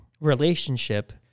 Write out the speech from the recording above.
relationship